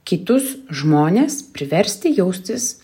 kitus žmones priversti jaustis